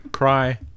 Cry